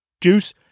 Juice